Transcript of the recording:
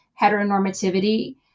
heteronormativity